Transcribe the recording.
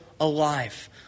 alive